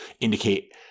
indicate